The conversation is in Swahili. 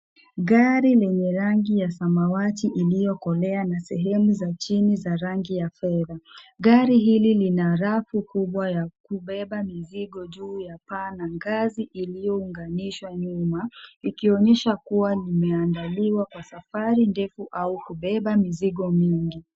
Gari lenye rangi ya samawati iliyokolea na sehemu za chini za rangi ya fedha. Gari hili lina rafu kubwa ya kubeba mizigo juu ya paa na ngazi iliyounganishwa nyuma ikionyesha kuwa imeandaliwa kwa safari ndefu au kubeba mizigo mingi.